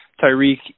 Tyreek